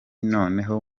noneho